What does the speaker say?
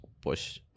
push